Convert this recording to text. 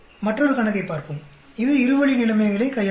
மற்றொரு கணக்கைப் பார்ப்போம் இது இரு வழி நிலைமைகளைக் கையாளுகிறது